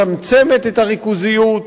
שמצמצמת את הריכוזיות,